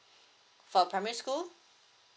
for primary school